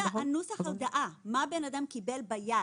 אותי מטרידה נוסח הודעה, מה בן אדם קיבל ביד,